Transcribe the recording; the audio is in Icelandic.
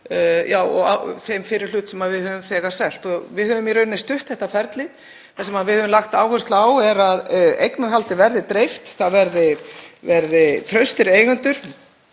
og þeim fyrri hlut sem við höfum þegar selt. Við höfum stutt þetta ferli og það sem við höfum lagt áherslu á er að eignarhaldið verði dreift, það verði traustir eigendur